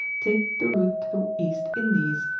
take the route to the east indies,